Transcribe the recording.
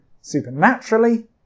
supernaturally